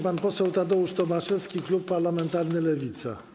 Pan poseł Tadeusz Tomaszewski, klub parlamentarny Lewica.